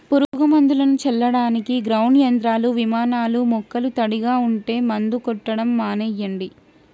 పురుగు మందులను చల్లడానికి గ్రౌండ్ యంత్రాలు, విమానాలూ మొక్కలు తడిగా ఉంటే మందు కొట్టడం మానెయ్యండి